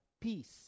peace